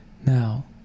now